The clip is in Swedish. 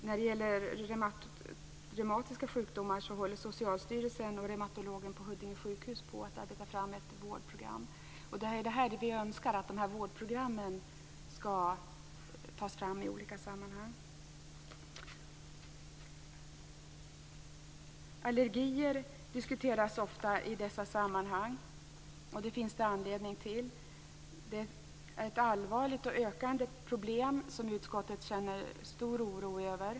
När det gäller reumatiska sjukdomar håller Socialstyrelsen och Reumatologen på Huddinge sjukhus på att arbeta fram ett vårdprogram. Vi önskar ju att vårdprogram skall tas fram i olika sammanhang. Allergier diskuteras ofta i dessa sammanhang. Det finns det anledning till. Det är ett allvarligt problem som ökar i omfattning och som utskottet känner stor oro över.